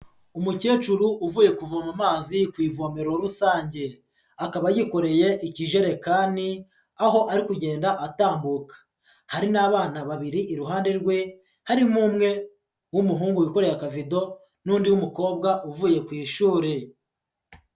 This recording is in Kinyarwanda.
Umukecuru uvuye kuvoma amazi ku ivomero rusange, akaba yikoreye ikijerekani, aho ari kugenda atambuka, hari n'abana babiri iruhande rwe, harimo umwe w'umuhungu wikoreye akavido n'undi w'umukobwa uvuye ku ishuri.